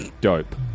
Dope